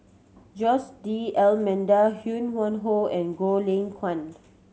Jose D'Almeida Ho Yuen Hoe and Goh Lay Kuan